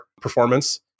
performance